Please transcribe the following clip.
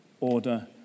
order